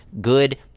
good